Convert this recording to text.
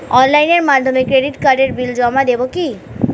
অনলাইনের মাধ্যমে ক্রেডিট কার্ডের বিল জমা দেবো কি?